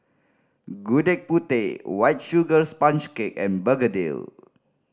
Gudeg Putih White Sugar Sponge Cake and begedil